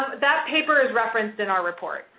that paper is referenced in our report.